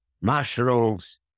mushrooms